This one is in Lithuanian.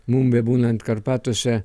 mum bebūnant karpatuose